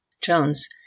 Jones